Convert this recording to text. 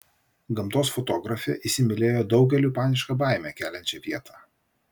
gamtos fotografė įsimylėjo daugeliui panišką baimę keliančią vietą